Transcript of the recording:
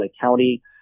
County